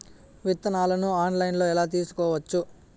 విత్తనాలను ఆన్లైన్లో ఎలా తీసుకోవచ్చు